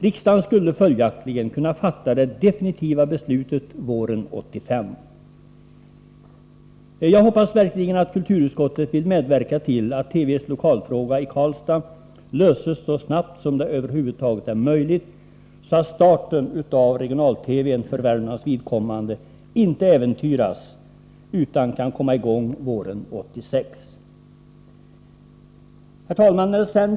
Riksdagen skulle följaktligen kunna fatta det definitiva beslutet under våren 1985. Jag hoppas verkligen att kulturutskottet vill medverka till att TV:s lokalfråga i Karlstad löses så snabbt som det över huvud taget är möjligt, så att starten av regional-TV för Värmlands vidkommande inte äventyras utan kan komma i gång våren 1986. Herr talman!